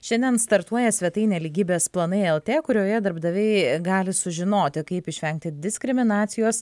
šiandien startuoja svetainę lygybės planai lt kurioje darbdaviai gali sužinoti kaip išvengti diskriminacijos